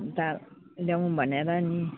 अन्त ल्याउँ भनेर नि